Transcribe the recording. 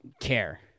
care